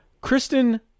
Kristen